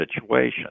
situation